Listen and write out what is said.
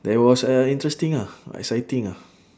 that was a interesting ah exciting ah